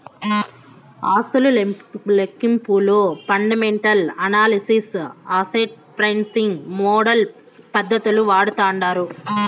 ఆస్తుల లెక్కింపులో fundamental analysis, asset pricing model పద్దతులు వాడతాండారు